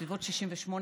בסביבות 1968,